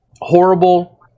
horrible